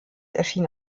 erschien